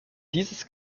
dieses